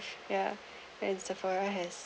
ya and sephora has